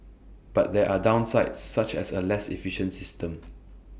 but there are downsides such as A less efficient system